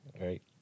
Right